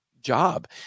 job